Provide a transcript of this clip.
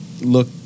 look